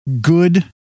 good